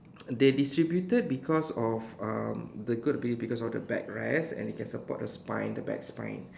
they distributed because of um the good be because of the back rest and it can support the spine the back spine